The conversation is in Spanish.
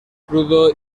crudo